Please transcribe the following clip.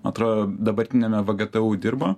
atrodo dabartiniame vgtu dirbo